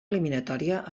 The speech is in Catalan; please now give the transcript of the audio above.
eliminatòria